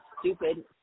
stupid